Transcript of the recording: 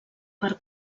per